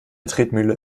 tretmühle